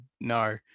no